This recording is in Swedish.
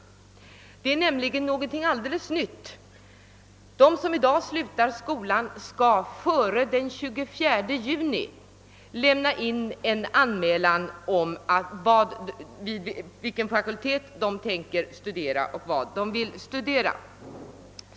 Detta är nämligen någonting alldeles nytt. De som i dag slutar skolan skall före den 24 juni lämna in en anmälan om vid vilken fakultet de tänker studera och vad de vill studera.